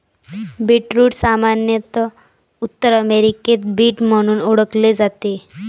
beetroot सामान्यत उत्तर अमेरिकेत बीट म्हणून ओळखले जाते